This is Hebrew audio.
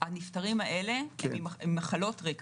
הנפטרים האלה עם מחלות רקע.